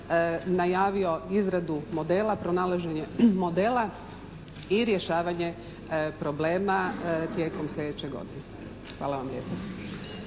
najavio izradu modela, pronalaženje modela i rješavanje problema tijekom slijedeće godine. Hvala vam lijepa.